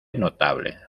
notable